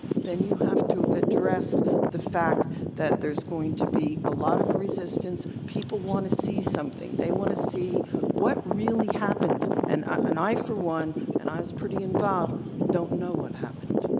then you have to address the fact that there's going to be a lot of resistance. people want to see something. they want to see what really happened, and and i for one and i was pretty involved don't know what happened.